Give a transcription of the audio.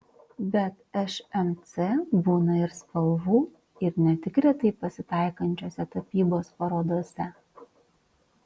bet šmc būna ir spalvų ir ne tik retai pasitaikančiose tapybos parodose